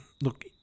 look